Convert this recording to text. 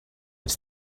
its